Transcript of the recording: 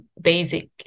basic